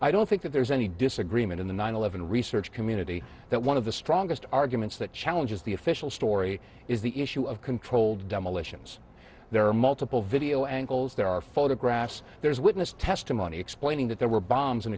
i don't think that there's any disagreement in the nine eleven research community that one of the strongest arguments that challenges the official story is the issue of controlled demolitions there are multiple video angles there are photographs there's witness testimony explaining that there were bombs and